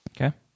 okay